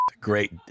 Great